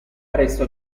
presto